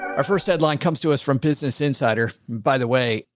our first headline comes to us from business insider, by the way.